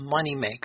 moneymaker